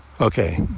Okay